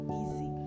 easy